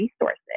resources